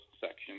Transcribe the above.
section